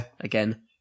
again